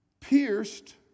pierced